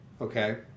okay